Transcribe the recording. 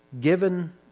Given